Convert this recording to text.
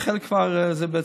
בכל בתי החולים זה יהיה?